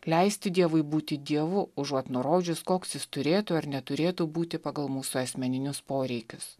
leisti dievui būti dievu užuot nurodžius koks jis turėtų ar neturėtų būti pagal mūsų asmeninius poreikius